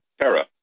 Tara